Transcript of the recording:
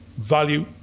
value